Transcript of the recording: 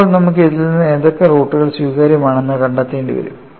ഇപ്പോൾ നമുക്ക് ഇതിൽ നിന്ന് ഏതൊക്കെ റൂട്ടുകൾ സ്വീകാര്യമാണെന്ന് കണ്ടെത്തേണ്ടി വരും